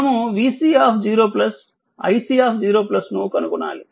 మనము vC0 iC0 ను కనుగొనాలి